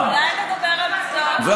אולי תדבר על עובדות, יריב?